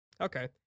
Okay